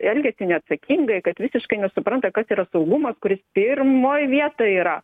elgiasi neatsakingai kad visiškai nesupranta kas yra saugumas kuris pirmoj vietoj yra